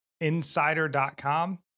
insider.com